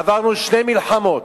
עברנו שתי מלחמות,